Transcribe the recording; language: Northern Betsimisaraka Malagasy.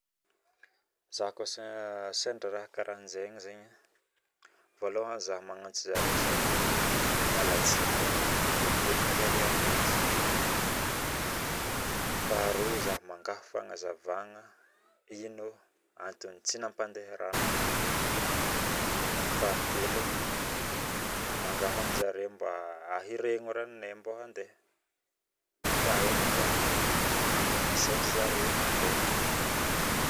Zaho koa sendra raha karahanjegny voalohany zaho magnatso sady mialatsigny zaho Magnelingeligny zare aminy asa faharoa zaho mangaho fagnazavagna ino antony tsy Napandeha rano anahy fahatelo mangaho amzare mba ahiregno ranonay mba andeha Fahaefatra misaotra zare nandray